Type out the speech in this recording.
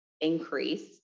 increase